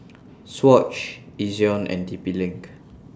Swatch Ezion and T P LINK